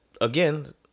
again